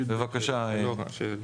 בבקשה, עידו.